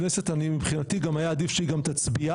הכנסת, מבחינתי גם היה עדיף שהיא גם תצביע.